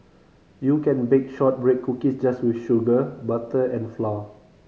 you can bake shortbread cookies just with sugar butter and flour